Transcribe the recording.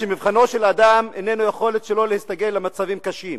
שמבחנו של אדם איננו היכולת שלו להסתגל למצבים קשים,